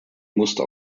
musste